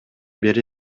бери